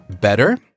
better